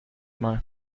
mal